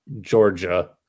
Georgia